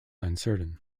uncertain